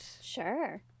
sure